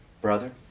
brother